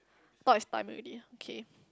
thought is time already okay